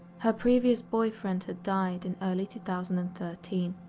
her previous boyfriend had died in early two thousand and thirteen.